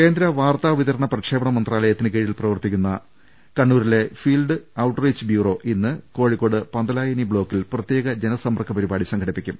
കേന്ദ്ര വാർത്താ വിതരണ പ്രക്ഷേപണ മന്ത്രാലയത്തിന് കീഴിൽ കണ്ണൂരിൽ പ്രവർത്തിക്കുന്ന ഫീൽഡ് ഔട്ട് റീച്ച് ബ്യൂറോ ഇന്ന് കോഴി ക്കോട് പന്തലായിനി ബ്ലോക്കിൽ പ്രത്യേക ജനസമ്പർക്ക പരിപാടി സംഘടിപ്പിക്കും